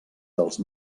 dels